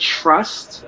trust